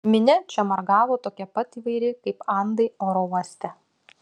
minia čia margavo tokia pat įvairi kaip andai oro uoste